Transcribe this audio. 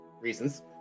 reasons